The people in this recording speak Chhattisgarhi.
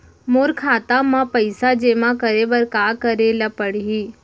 मोर खाता म पइसा जेमा करे बर का करे ल पड़ही?